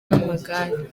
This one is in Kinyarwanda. n’amagare